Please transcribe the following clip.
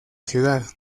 ciudad